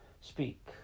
Speak